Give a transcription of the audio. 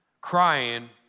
crying